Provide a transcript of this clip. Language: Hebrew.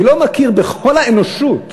אני לא מכיר בכל האנושות